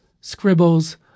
scribbles